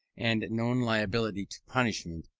and known liability to punishment,